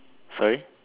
sorry